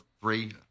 three